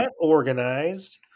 organized